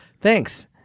Thanks